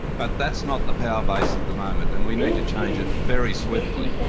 but that's not the power base at the moment, and we need to change it very swiftly.